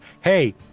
hey